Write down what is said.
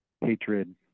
hatred